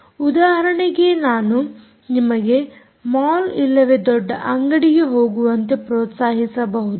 ಉದಾಹರಣೆಗೆ ನಾನು ನಿಮಗೆ ಮಾಲ್ ಇಲ್ಲವೇ ದೊಡ್ಡ ಅಂಗಡಿಗೆ ಹೋಗುವಂತೆ ಪ್ರೋತ್ಸಾಹಿಸಬಹುದು